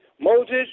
Moses